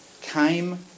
came